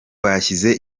bashyize